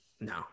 no